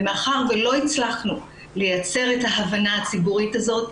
ומאחר ולא הצלחנו לייצר את ההבנה הציבורית הזאת,